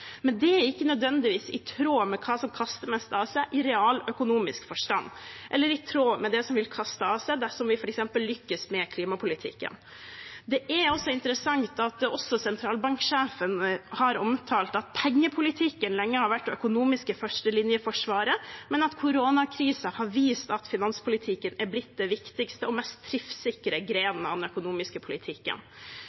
Men det er ikke nødvendigvis i tråd med hva som kaster mest av seg i realøkonomisk forstand, eller i tråd med det som vil kaste av seg dersom vi f.eks. lykkes med klimapolitikken. Det er interessant at også sentralbanksjefen har omtalt at pengepolitikken lenge har vært det økonomiske førstelinjeforsvaret, men at koronakrisen har vist at finanspolitikken er blitt en av de viktigste og mest